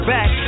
Back